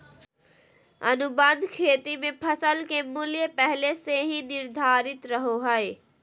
अनुबंध खेती मे फसल के मूल्य पहले से ही निर्धारित रहो हय